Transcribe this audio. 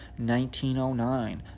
1909